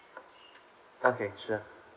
okay sure